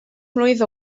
mlwydd